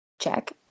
Check